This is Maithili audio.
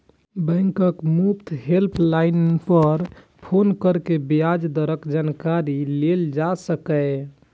बैंकक मुफ्त हेल्पलाइन पर फोन कैर के ब्याज दरक जानकारी लेल जा सकैए